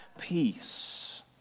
peace